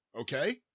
Okay